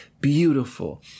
beautiful